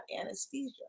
anesthesia